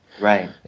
Right